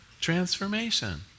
transformation